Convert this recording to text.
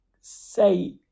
say